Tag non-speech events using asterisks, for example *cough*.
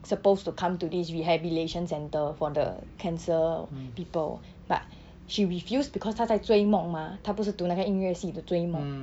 supposed to come to this rehabilitation centre for the cancer people *breath* but *breath* she refused because 她在追梦吗她不是读那个音乐系 to 追梦